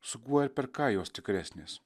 su kuo ir per ką jos tikresnės